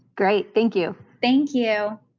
great. thank you. thank you